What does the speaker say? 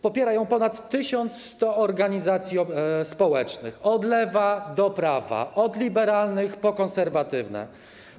Popiera ją ponad 1100 organizacji społecznych, od lewa do prawa, od liberalnych po konserwatywne.